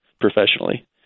professionally